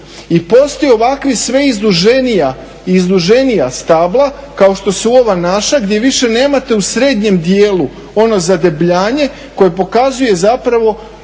i postoje ovakva sve izduženija stabla kao što su ova naša gdje više nemate u srednjem dijelu ono zadebljanje koje pokazuje zapravo